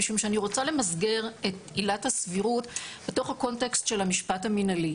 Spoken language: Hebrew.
משום שאני רוצה למסגר את עילת הסבירות בתוך הקונטקסט של המשפט המנהלי.